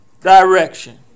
direction